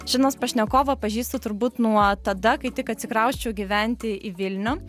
šiandienos pašnekovą pažįstu turbūt nuo tada kai tik atsikrausčiau gyventi į vilnių